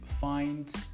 find